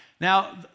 Now